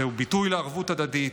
זהו ביטוי לערבות הדדית,